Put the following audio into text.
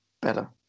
better